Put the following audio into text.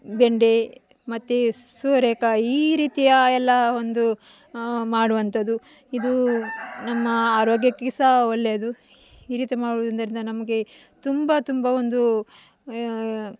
ಬೆಂಡೆ ಮತ್ತು ಸೋರೆಕಾಯಿ ಈ ರೀತಿಯ ಎಲ್ಲ ಒಂದು ಮಾಡುವಂತದ್ದು ಇದು ನಮ್ಮ ಆರೋಗ್ಯಕ್ಕೆ ಸಹ ಒಳ್ಳೆಯದು ಈ ರೀತಿ ಮಾಡುವುದ್ರಿಂದ ನಮಗೆ ತುಂಬ ತುಂಬ ಒಂದು